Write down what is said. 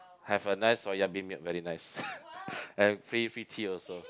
have a nice soya bean milk very nice and free free tea also